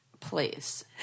please